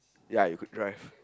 ya you could drive